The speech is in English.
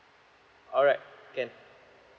all right can